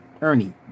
Ernie